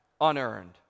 unearned